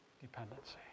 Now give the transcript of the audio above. Dependency